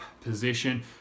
position